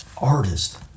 Artist